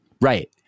Right